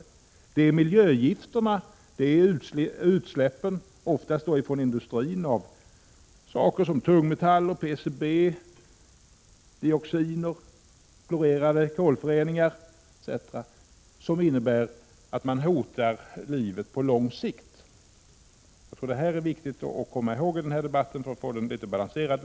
Det gäller miljögifterna och utsläppen, oftast från industrin, av sådant som tungmetaller, PCB, dioxiner, klorerade kolföreningar etc., som innebär att livet på lång sikt hotas. Det är viktigt att komma ihåg i denna debatt för att få den bättre balanserad.